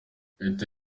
leta